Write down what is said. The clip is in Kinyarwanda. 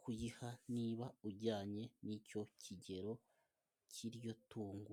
kuyiha niba ujyanye n'icyo kigero cy'iryo tungo.